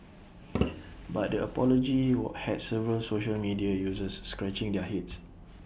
but the apology had several social media users scratching their heads